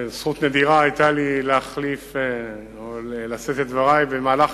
זכות נדירה היתה לי לשאת את דברי במהלך